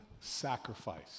Sacrifice